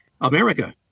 America